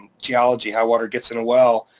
geology, how water gets in a well,